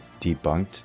debunked